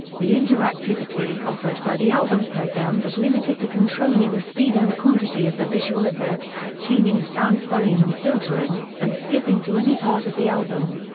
the interactivity offered by the album program was limited to controlling the speed and quantity of the visual effects, tuning the sound's volume and filtering, and skipping to any part of the album.